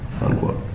Unquote